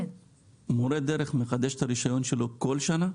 מורה דרך מחדש את הרישיון שלו כל שנה?